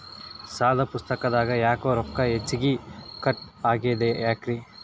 ಸಾಲದ ಪುಸ್ತಕದಾಗ ಯಾಕೊ ರೊಕ್ಕ ಹೆಚ್ಚಿಗಿ ಕಟ್ ಆಗೆದ ಯಾಕ್ರಿ?